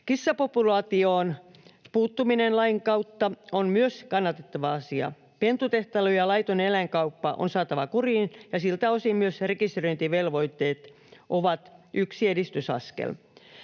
Kissapopulaatioon puuttuminen lain kautta on myös kannatettava asia. Pentutehtailu ja laiton eläinkauppa on saatava kuriin, ja siltä osin myös rekisteröintivelvoitteet on yksi edistysaskel.